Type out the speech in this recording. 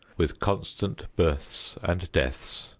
with constant births and deaths,